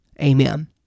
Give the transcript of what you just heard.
Amen